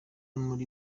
muri